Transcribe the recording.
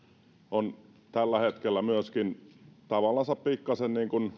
on tällä hetkellä myöskin tavallansa pikkasen